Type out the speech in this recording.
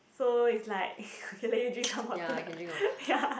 so it's like okay let you drink some water ya